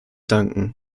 danken